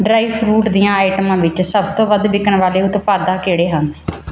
dry fruit ਦੀਆਂ ਆਈਟਮਾਂ ਵਿੱਚ ਸੱਭ ਤੋਂ ਵੱਧ ਵਿਕਣ ਵਾਲੇ ਉਤਪਾਦਾ ਕਿਹੜੇ ਹਨ